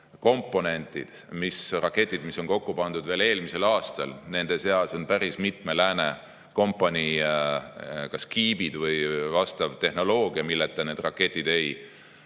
komponentide seas, mis on kokku pandud veel eelmisel aastal, on päris mitme lääne kompanii kas kiibid või vastav tehnoloogia, milleta need raketid ei